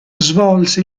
svolse